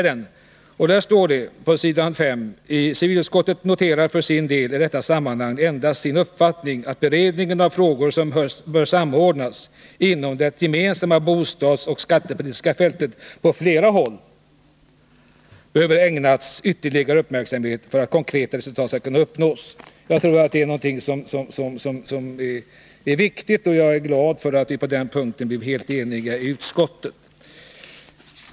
Det står så här: ”Civilutskottet noterar för sin del i detta sammanhang endast sin uppfattning att beredningen av frågor som bör samordnas inom det gemensamma bostadsoch skattepolitiska fältet på flera håll behöver ägnas ytterligare uppmärksamhet för att konkreta resultat skall kunna uppnås.” Jag tror att detta är viktigt och är glad för att vi i utskottet blev eniga på denna punkt.